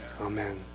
Amen